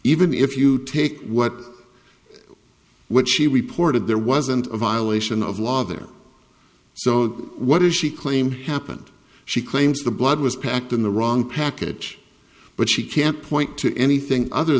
even if you take what what she reported there wasn't a violation of law there so what does she claim happened she claims the blood was packed in the wrong package but she can't point to anything other